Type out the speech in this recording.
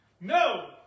No